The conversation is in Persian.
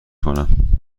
کنم